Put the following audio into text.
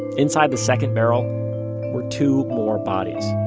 inside the second barrel were two more bodies